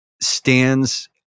stands